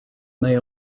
may